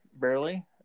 barely